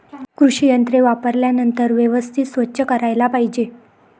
कृषी यंत्रे वापरल्यानंतर व्यवस्थित स्वच्छ करायला पाहिजे